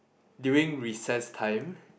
during recess time